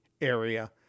area